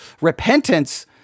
repentance